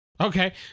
Okay